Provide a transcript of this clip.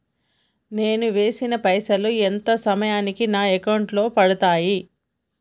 నేను వేసిన పైసలు ఎంత సమయానికి నా అకౌంట్ లో పడతాయి?